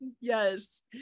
Yes